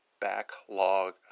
backlog